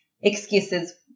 excuses